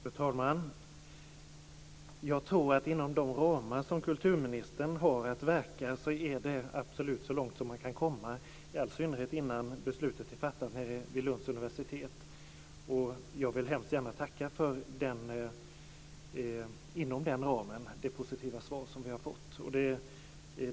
Fru talman! Jag tror att inom de ramar som kulturministern har att verka är detta absolut så långt som man kan komma, i all synnerhet innan beslutet har fattats vid Lunds universitet. Jag vill hemskt gärna tacka för det positiva svar som vi har fått.